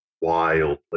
wildly